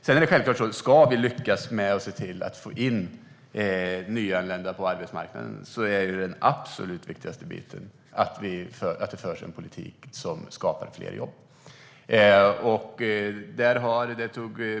Det är självklart så att om vi ska lyckas få in nyanlända på arbetsmarknaden är den absolut viktigaste biten att det förs en politik som skapar fler jobb.